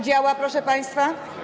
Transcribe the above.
Działa, proszę państwa?